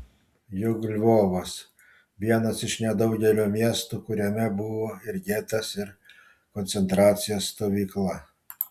juk lvovas vienas iš nedaugelio miestų kuriame buvo ir getas ir koncentracijos stovykla